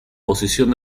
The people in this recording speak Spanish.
posición